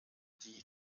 die